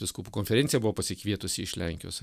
vyskupų konferencija buvo pasikvietusi iš lenkijos